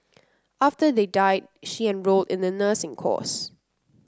after they died she enrolled in the nursing course